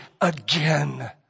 again